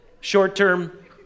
short-term